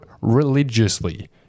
religiously